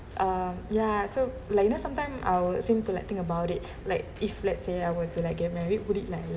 um ya so like you know sometime I would seem like think about it like if let's say I were to like get married would it like